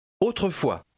Autrefois